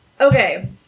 Okay